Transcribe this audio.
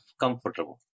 comfortable